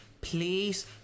please